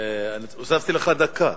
הוספתי לך דקה.